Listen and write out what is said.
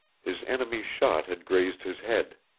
his enemy's shot had grazed his head.